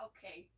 Okay